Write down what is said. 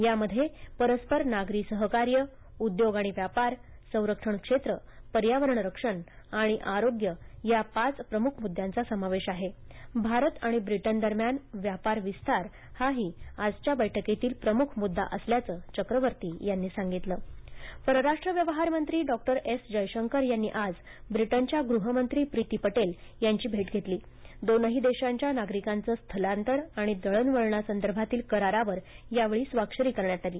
यामध्ये परस्पर नागरी सहकार्य उद्योग आणि व्यापार संरक्षण क्षेत्र पर्यावरण रक्षण आणि आरोग्य या पाच प्रमुख मुद्यांचा समावेश आहे भारत आणि ब्रिटन दरम्यान व्यापार विस्तार हाही आजच्या बैठकीतील प्रमुख मुद्दा असल्याचं चक्रोवर्ती यांनी सागितलं डॉ एस जयशंक परराष्ट्र व्यवहार मंत्री डॉ एस जयशंकर यांनी आज ब्रिटनच्या गृहमंत्री प्रीती पटेल यांची भेट घेतली दोनही देशांच्या नागरिकांच स्थलांतर आणि दळणवळणासंदर्भातील करारावर स्वाक्षरी करण्यात आली